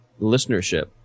listenership